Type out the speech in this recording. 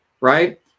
right